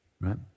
right